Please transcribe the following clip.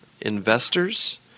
investors